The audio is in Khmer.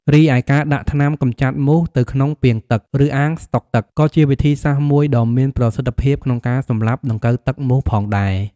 រីឯការដាក់ថ្នាំកម្ចាត់មូសទៅក្នុងពាងទឹក ឬអាងស្តុកទឹក ក៏ជាវិធីសាស្រ្តមួយដ៏មានប្រសិទ្ធភាពក្នុងការសម្លាប់ដង្កូវទឹកមូសផងដែរ។